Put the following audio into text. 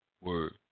word